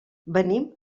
venim